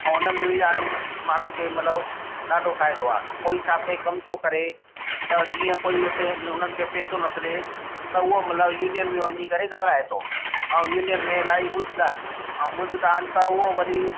ऐं हुन में बि माण्हू माण्हू खे मतलबु ॾाढो फ़ाइदो आहे कोई काथे कमु थो करे त जीअं कोई हुते उन्हनि खे पैसो नथे ॾिए त उहो मतलबु यूनियन में वञी ॻाल्हाए थो ऐं यूनियन में इलाही ॿुधंदा आहिनि ऐं ॿुधंदा आहिनि त उहो वरी